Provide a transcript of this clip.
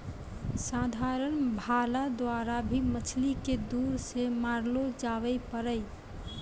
साधारण भाला द्वारा भी मछली के दूर से मारलो जावै पारै